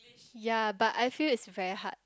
ya but I feel it's very hard